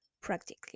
practically